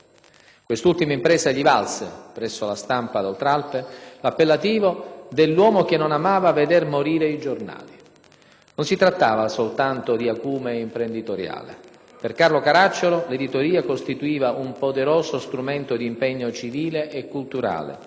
Quest'ultima impresa gli valse, presso la stampa d'Oltralpe, l'appellativo dell'«uomo che non ama veder morire i giornali». Non si trattava soltanto di acume imprenditoriale: per Carlo Caracciolo l'editoria costituiva un poderoso strumento di impegno civile e culturale,